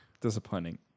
disappointing